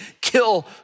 kill